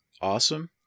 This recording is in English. awesome